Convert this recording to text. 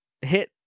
hit